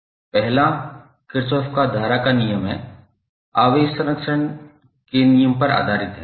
पहला जो किरचॉफ का धारा नियम है आवेश संरक्षण के नियम पर आधारित है